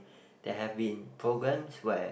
there have been programs where